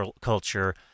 culture